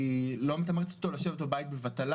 היא לא מתמרצת אותו לשבת בבית בבטלה,